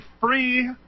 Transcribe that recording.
free